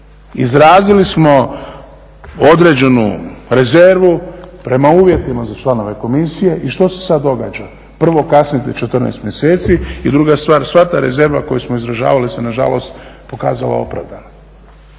Izrazili smo određenu rezervu prema uvjetima za članove Komisije i što se sad događa. Prvo kasnite 14 mjeseci. I druga stvar, sva ta rezerva koju smo izražavali se nažalost pokazala opravdana.